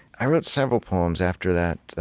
i wrote several poems, after that,